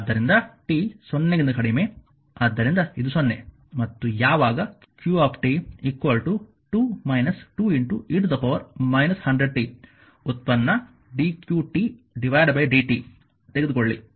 ಆದ್ದರಿಂದ t 0 ಗಿಂತ ಕಡಿಮೆ ಆದ್ದರಿಂದ ಇದು 0 ಮತ್ತು ಯಾವಾಗ q 2 2 e 100 t ವ್ಯುತ್ಪನ್ನ dqt dt ತೆಗೆದುಕೊಳ್ಳಿ